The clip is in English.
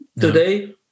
today